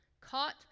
caught